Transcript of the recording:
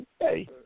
Hey